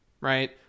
right